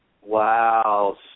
wow